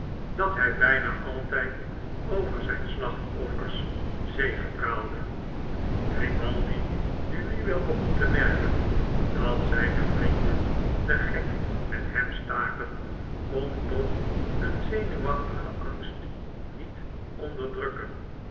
dat hy bijna altijd over zijn slachtoffers zegepraalde grimaldi die nu wel begon te merken dat zijne vrienden den gek met hem staken kon toch een zenuwachtigen angst niet'onderdrukken